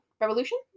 Revolution